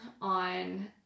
on